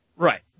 Right